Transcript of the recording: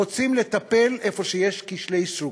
רוצים לטפל במקום שיש כשלי שוק.